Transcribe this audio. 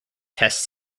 test